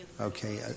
Okay